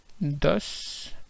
thus